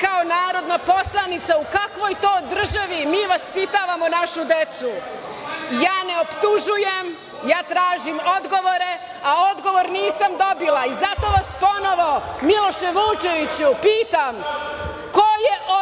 kao narodna poslanica u kakvoj to državi mi vaspitavamo našu decu. Ja ne optužujem, ja tražim odgovore, a odgovor nisam dobila. Zato vas ponovo, Miloše Vučeviću, pitam ko je odgovoran